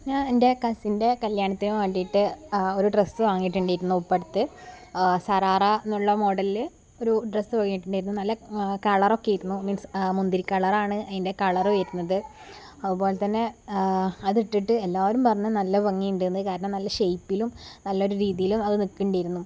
ഞാൻ എൻ്റെ കസിൻ്റെ കല്യാണത്തിന് വേണ്ടിയിട്ട് ഒരു ഡ്രസ്സ് വാങ്ങിയിട്ടുണ്ടായിരുന്നു ഇപ്പോള് അടുത്ത് സറാറ എന്നുള്ള മോഡലില് ഒരു ഡ്രസ്സ് വാങ്ങിയിട്ടുണ്ടായിരുന്നു നല്ല കളറൊക്കെയായിരുന്നു മീൻസ് മുന്തിരി കളറാണ് അതിൻ്റെ കളർ വരുന്നത് അതുപോലെതന്നെ അതിട്ടിട്ട് എല്ലാവരും പറഞ്ഞു നല്ല ഭംഗിയുണ്ടെന്ന് കാരണം നല്ല ഷേയ്പ്പിലും നല്ല ഒരു രീതിയിലും അത് നില്ക്കുന്നുണ്ടായിരുന്നു